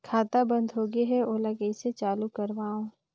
खाता बन्द होगे है ओला कइसे चालू करवाओ?